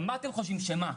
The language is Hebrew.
ומה אתם חושבים שמה?